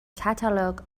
catalog